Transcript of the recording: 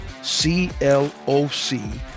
cloc